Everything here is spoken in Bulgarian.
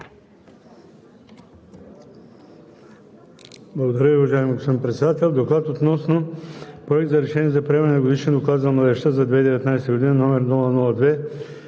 Имате думата